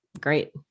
great